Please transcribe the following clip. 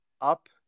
up